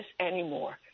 anymore